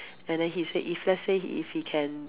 and then he say if let's say if he can